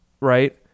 right